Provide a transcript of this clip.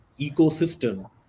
ecosystem